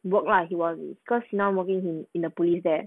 work lah he was cause now working in the police there